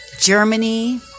Germany